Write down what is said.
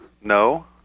No